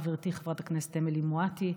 חברתי חברת הכנסת אמילי מואטי,